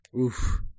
Oof